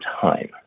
time